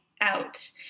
out